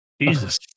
Jesus